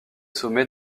sommets